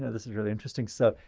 this is really interesting stuff.